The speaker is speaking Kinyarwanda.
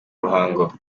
ruhango